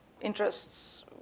interests